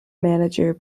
manager